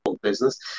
business